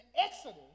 Exodus